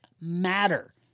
matter